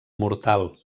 mortal